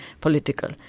political